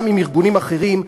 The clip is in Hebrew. גם עם ארגונים אחרים,